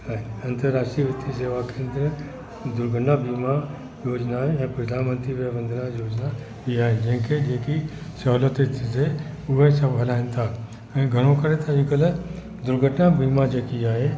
आहिनि अंतरराष्ट्रिय वितिय शेवा केंद्र दुर्घटना बीमा योजनाए ऐं प्रधानमंत्री विवंदना योजना बि आहे जंहिंखे जेकी सहूलियत थी थिए उहे सभु हलाइनि था ऐं घणो करे त अॼुकल्ह दुर्घटना बीमा जेकी आहे